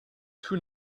two